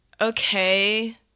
okay